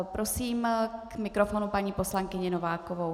Prosím k mikrofonu paní poslankyni Novákovou.